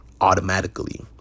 automatically